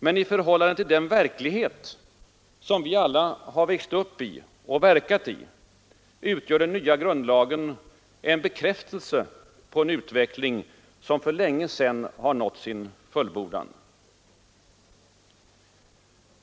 Men i förhållande till den verklighet som vi alla har växt upp i och verkat i utgör den nya grundlagen en bekräftelse på en utveckling som för länge sedan nått sin fullbordan.